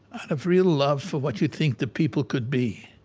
of real love for what you think the people could be.